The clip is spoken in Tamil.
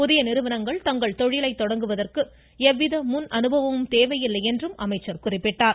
புதிய நிறுவனங்கள் தங்கள் தொழிலை தொடங்குவதற்கு எந்தவித முன் அனுபவமும் தேவையில்லை என்று அவர் குறிப்பிட்டார்